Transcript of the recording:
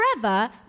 Forever